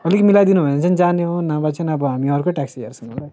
अलिक मिलाइदिनुभयो भने चाहिँ जाने हो नभए चाहिँ अब हामी अर्कै ट्याक्सी हेर्छौँ होला है